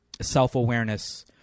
self-awareness